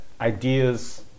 ideas